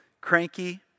cranky